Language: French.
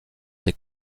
des